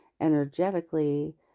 energetically